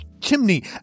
chimney